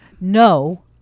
no